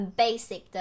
basic